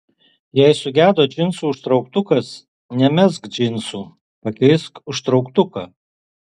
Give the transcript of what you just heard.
jei sugedo džinsų užtrauktukas nemesk džinsų pakeisk užtrauktuką